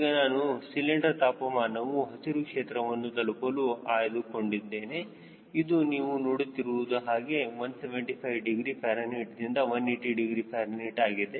ಈಗ ನಾನು ಸಿಲಿಂಡರ್ ತಾಪಮಾನವು ಹಸಿರು ಕ್ಷೇತ್ರವನ್ನು ತಲುಪಲು ಅಂದುಕೊಂಡಿದ್ದೇನೆ ಇದು ನೀವು ನೋಡುತ್ತಿರುವ ಹಾಗೆ 175 ಡಿಗ್ರಿ ಫ್ಯಾರನ್ಹೀಟ್ ನಿಂದ 180 ಡಿಗ್ರಿ ಫ್ಯಾರನ್ಹೀಟ್ ಆಗಿದೆ